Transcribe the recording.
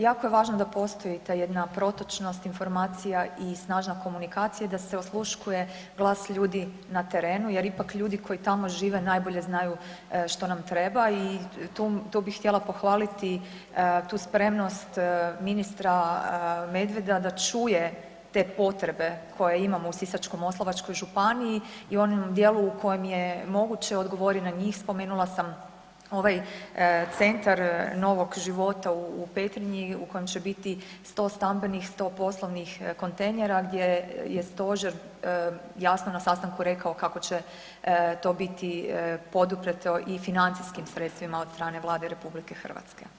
Jako je važno da postoji ta jedna protočnost informacija i snažna komunikacija da se osluškuje glas ljudi na terenu jer ipak ljudi koji tamo žive, najbolje znaju što nam treba i tu bi htjela pohvaliti tu spremnost ministra Medveda da čuje te potrebe koje imamo u Sisačko-moslavačkoj županiji i u onom djelu u kojem je moguće odgovori na njih, spomenula sam centar novog života u Petrinji u kojem će biti 100 stambenih, 100 poslovnih kontejnera gdje je stožer jasno na sastanku rekao kako će to biti poduprto i financijskim sredstvima od strane Vlade RH.